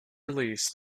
release